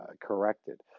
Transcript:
corrected